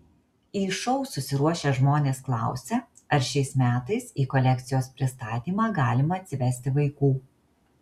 į šou susiruošę žmonės klausia ar šiais metais į kolekcijos pristatymą galima atsivesti vaikų